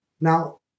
Now